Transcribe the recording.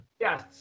Yes